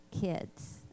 kids